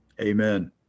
Amen